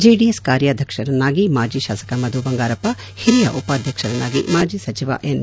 JDS ಕಾರ್ಯಾಧ್ಯಕ್ಷರನ್ನಾಗಿ ಮಾಜಿ ಶಾಸಕ ಮಧು ಬಂಗಾರಪ್ಪ ಹಿರಿಯ ಉಪಾಧ್ಯಕ್ಷರನ್ನಾಗಿ ಮಾಜಿ ಸಚಿವ ಎನ್